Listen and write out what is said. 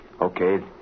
Okay